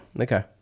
okay